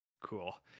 cool